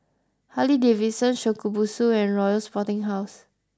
Harley Davidson Shokubutsu and Royal Sporting House